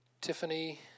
Tiffany